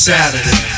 Saturday